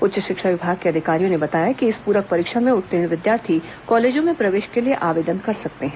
उच्च शिक्षा विभाग के अधिकारियों ने बताया कि इस प्रक परीक्षा में उत्तीर्ण विद्यार्थी कॉलेजों में प्रवेश के लिए आवेदन कर सकते हैं